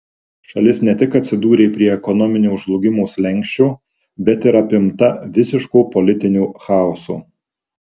šalis ne tik atsidūrė prie ekonominio žlugimo slenksčio bet ir apimta visiško politinio chaoso